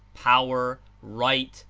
power, right,